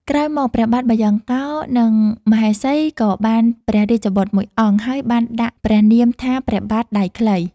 ក្រោយមកព្រះបាទបាយ៉ង់កោរ និងមហេសីក៏បានព្រះរាជបុត្រមួយអង្គ ហើយបានដាក់ព្រះនាមថាព្រះបាទដៃខ្លី។